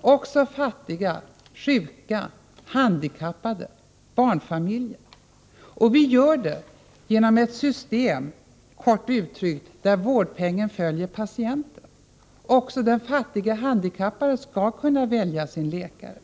Det gäller således även fattiga, sjuka, handikappade och barnfamiljer. Vi framhåller då ett system som, kort uttryckt, innebär att vårdpengen följer patienten. Även den fattige handikappade skall kunna välja sin läkare.